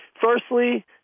Firstly